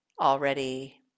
already